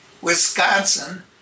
Wisconsin